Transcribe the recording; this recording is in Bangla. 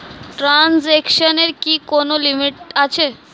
ট্রানজেকশনের কি কোন লিমিট আছে?